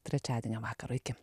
trečiadienio vakaro iki